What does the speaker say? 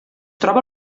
troba